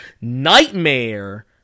Nightmare